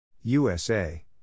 USA